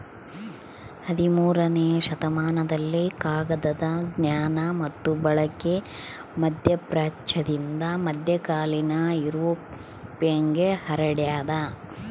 ಹದಿಮೂರನೇ ಶತಮಾನದಲ್ಲಿ ಕಾಗದದ ಜ್ಞಾನ ಮತ್ತು ಬಳಕೆ ಮಧ್ಯಪ್ರಾಚ್ಯದಿಂದ ಮಧ್ಯಕಾಲೀನ ಯುರೋಪ್ಗೆ ಹರಡ್ಯಾದ